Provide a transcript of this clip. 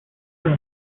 with